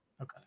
Okay